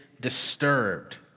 disturbed